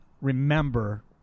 remember